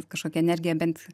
kažkokia energija bent